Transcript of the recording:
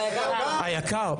היק"ר.